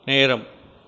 நேரம்